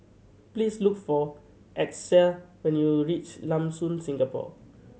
please look for Achsah when you reach Lam Soon Singapore